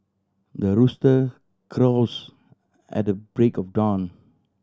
the rooster crows at the break of dawn